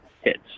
hits